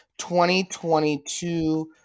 2022